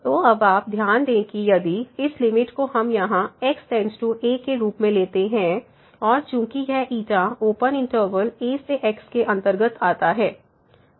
तो अब आप ध्यान दें कि यदि इस लिमिट को हम यहां x→a के रूप में लेते हैं और चूंकि यह ओपन इंटरवल a से x के अंतर्गत आता है